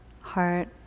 heart